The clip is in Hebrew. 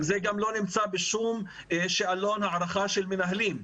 זה גם לא נמצא בשום שאלון הערכה של מנהלים.